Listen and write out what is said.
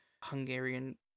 hungarian